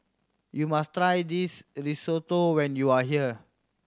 you must try this Risotto when you are here